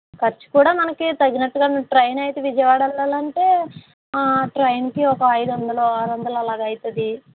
ఖర్చు కూడా మనకి తగినట్టుగానే ట్రైన్ అయితే విజయవాడ వెళ్ళాలంటే ఆ ట్రైన్కి ఒక ఐదు వందలు ఆరు వందలు అలాగ అవుతుంది